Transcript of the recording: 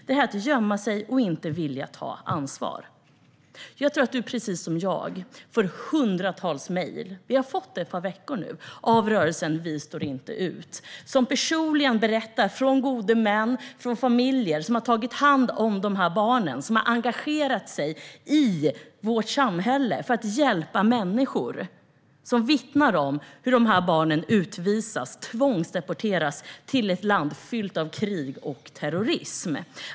Det är att gömma sig och inte vilja ta ansvar. Jag tror att Helene Petersson precis som jag har fått hundratals mejl under ett par veckor från rörelsen #vistårinteut. Här vittnar gode män och familjer som har tagit hand om dessa barn och engagerat sig i vårt samhälle för att hjälpa människor om hur dessa barn tvångsdeporteras till ett land fyllt av krig och terrorism.